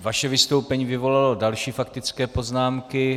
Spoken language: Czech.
Vaše vystoupení vyvolalo další faktické poznámky.